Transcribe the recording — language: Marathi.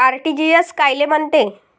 आर.टी.जी.एस कायले म्हनते?